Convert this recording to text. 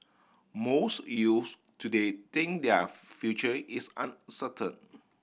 most youths today think their future is uncertain